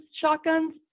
shotguns